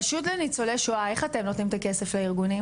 הרשות לניצולי שואה איך אתם נותנים את הכסף לארגונים?